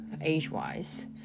age-wise